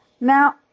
Now